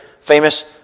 famous